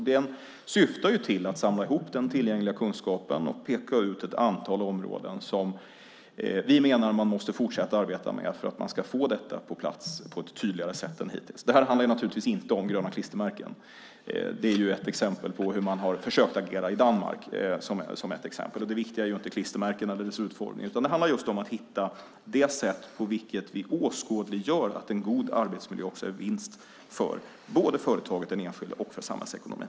Den syftar till att samla ihop den tillgängliga kunskapen och peka ut ett antal områden som vi menar att man måste fortsätta arbeta med för att man ska få detta på plats på ett tydligare sätt än hittills. Det handlar naturligtvis inte om gröna klistermärken. Det är ett exempel på hur man har försökt agera i Danmark. Det viktiga är inte klistermärkena och deras utformning, utan det handlar om att hitta det sätt på vilket vi åskådliggör att en god arbetsmiljö också är vinst för både företaget, den enskilda och samhällsekonomin.